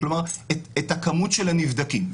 כלומר את הכמות של הנבדקים.